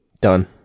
Done